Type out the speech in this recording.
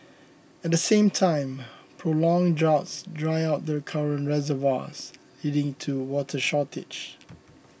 at the same time prolonged droughts dry out the current reservoirs leading to water shortage